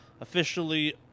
officially